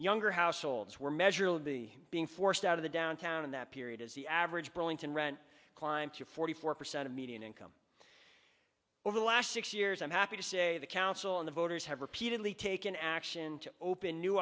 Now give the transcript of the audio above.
younger households where measure would be being forced out of the downtown in that period as the average burlington rent climbed to forty four percent of median income over the last six years i'm happy to say the council on the voters have repeatedly taken action to open new